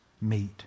meet